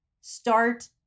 Start